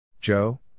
Joe